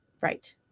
Right